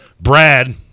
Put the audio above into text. brad